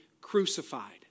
crucified